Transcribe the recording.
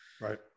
right